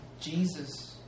Jesus